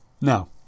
now